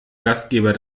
gastgeber